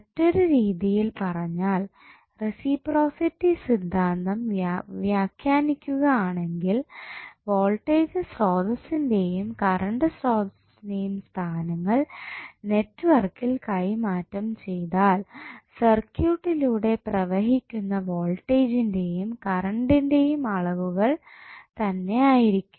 മറ്റൊരു രീതിയിൽ പറഞ്ഞാൽ റസിപ്രോസിറ്റി സിദ്ധാന്തം വ്യാഖ്യാനിക്കുക ആണെങ്കിൽ വോൾട്ടേജ് സ്രോതസ്സിന്റെയും കറണ്ട് സ്രോതസ്സിന്റെയും സ്ഥാനങ്ങൾ നെറ്റ്വർക്കിൽ കൈമാറ്റം ചെയ്താൽ സർക്യൂട്ടിലൂടെ പ്രവഹിക്കുന്ന വോൾട്ടെജിന്റെയും കറണ്ടിന്റെയും അളവുകൾ അതുതന്നെയായിരിക്കും